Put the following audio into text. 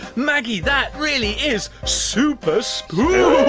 maggie, that really is super spooky.